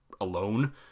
alone